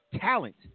talent